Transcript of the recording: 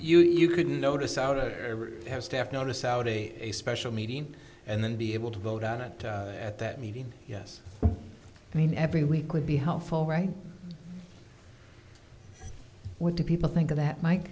you you could notice out of every has staff notice out a special meeting and then be able to vote on it at that meeting yes i mean every week would be helpful right what do people think of that m